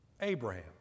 Abraham